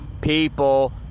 people